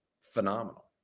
phenomenal